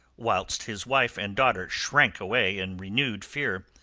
whilst his wife and daughter shrank away in renewed fear.